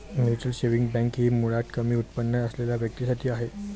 mutual saving bank ही मुळात कमी उत्पन्न असलेल्या व्यक्तीं साठी आहे